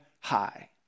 high